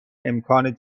امکان